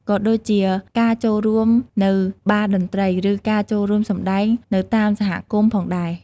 ក៏ដូចជាការចូលរួមនៅបារតន្ត្រី ឬការចូលរួមសម្តែងនៅតាមសហគមន៍ផងដែរ។